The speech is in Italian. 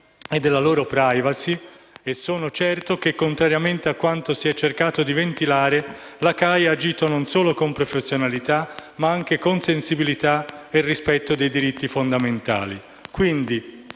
e della loro *privacy* e sono certo che - contrariamente a quanto si è cercato di ventilare - la CAI ha agito non solo con professionalità, ma anche con sensibilità e rispetto dei diritti fondamentali.